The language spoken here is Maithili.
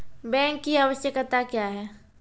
बैंक की आवश्यकता क्या हैं?